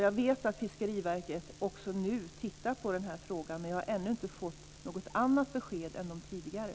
Jag vet att Fiskeriverket nu också tittar på den här frågan, men jag har ännu inte fått några andra besked än de tidigare.